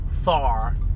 far